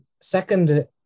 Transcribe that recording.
Second